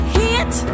hit